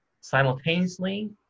simultaneously